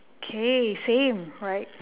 okay same alright